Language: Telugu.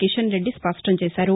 కిషన్ రెడ్డి స్పష్టం చేశారు